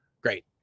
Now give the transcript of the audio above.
great